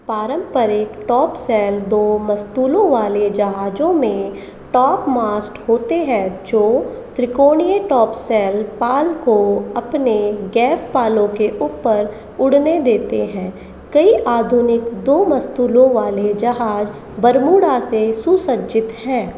पारंपरिक टॉपसेल दो मस्तूलों वाले जहाजों में टॉपमास्ट होते हैं जो त्रिकोणीय टॉपसेल पाल को अपने गैफ पालों के ऊपर उड़ने देते हैं कई आधुनिक दो मस्तूलों वाले जहाज़ बरमूडा से सुसज्जित हैं